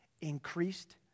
increased